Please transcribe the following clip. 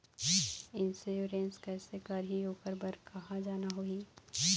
Insurance कैसे करही, ओकर बर कहा जाना होही?